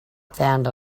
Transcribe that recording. found